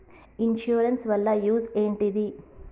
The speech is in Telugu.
ఇన్సూరెన్స్ వాళ్ల యూజ్ ఏంటిది?